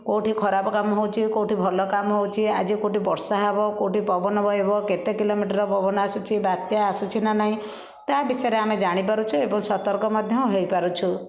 କେଉଁଠି ଖରାପ କାମ ହେଉଛି କେଉଁଠି ଭଲ କାମ ହେଉଛି ଆଜି କେଉଁଠି ବର୍ଷା ହେବ କେଉଁଠି ପବନ ବହିବ କେତେ କିଲୋମିଟର ପବନ ଆସୁଛି ବାତ୍ୟା ଆସୁଛି ନା ନାହିଁ ତା' ବିଷୟରେ ଆମେ ଜାଣି ପାରୁଛେ ଏବଂ ସତର୍କ ମଧ୍ୟ ହୋଇପାରୁଛୁ